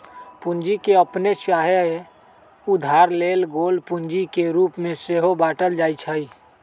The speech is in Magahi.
पूंजी के अप्पने चाहे उधार लेल गेल पूंजी के रूप में सेहो बाटल जा सकइ छइ